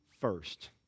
first